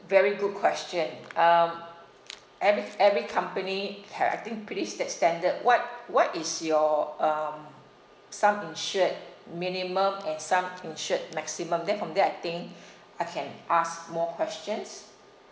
very good question um every every company have I think pretty sta~ standard what what is your um sum insured minimum and sum insured maximum then from there I think I can ask more questions